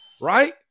right